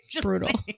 brutal